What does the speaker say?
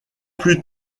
plus